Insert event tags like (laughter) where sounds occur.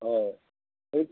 (unintelligible)